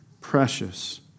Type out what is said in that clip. precious